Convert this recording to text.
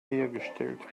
hergestellt